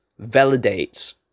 validates